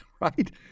right